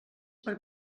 per